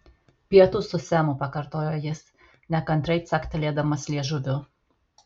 pietūs su semu pakartojo jis nekantriai caktelėdamas liežuviu